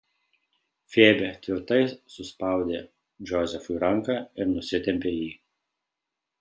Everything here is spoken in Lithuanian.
febė tvirtai suspaudė džozefui ranką ir nusitempė jį